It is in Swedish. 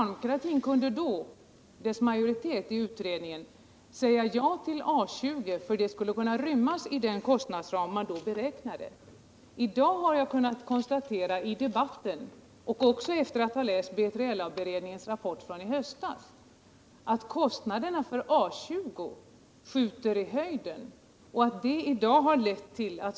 De övriga socialdemokraterna i utredningen sade då ja till A 20, som kunde rymmas inom den kostnadsram man då beräknade; 50,5 miljarder för 5 år. I dag har jag kunnat konstatera i debatten — och också efter att ha läst B3LA-beredningens rapport från i höstas — att kostnaderna för A 20 skjuter i höjden.